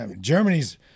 Germany's